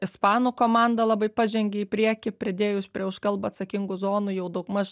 ispanų komanda labai pažengė į priekį pridėjus prie už kalbą atsakingų zonų jau daugmaž